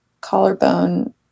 collarbone